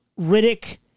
Riddick